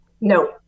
No